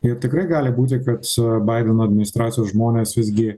ir tikrai gali būti kad baideno administracijos žmonės visgi